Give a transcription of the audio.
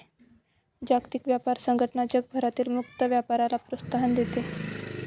जागतिक व्यापार संघटना जगभरातील मुक्त व्यापाराला प्रोत्साहन देते